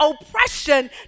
oppression